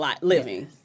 living